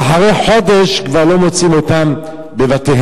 ואחרי חודש כבר לא מוצאים אותן בבתיהן.